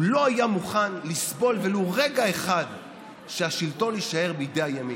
הוא לא היה מוכן לסבול ולו רגע אחד שהשלטון יישאר בידי הימין,